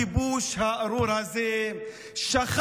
הכיבוש הארור הזה שחק